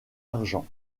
argent